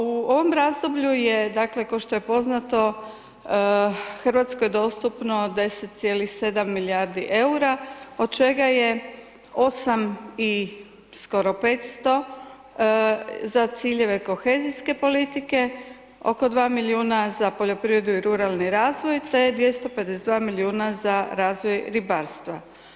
U ovom razdoblju je dakle ko što je poznato Hrvatskoj dostupno 10,7 milijardi EUR-a od čega je 8 i skoro 500 za ciljeve kohezijske politike, oko 2 milijuna za poljoprivredu i ruralni razvoj te 252 milijuna za razvoj ribarstva.